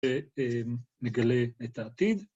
‫שנגלה את העתיד.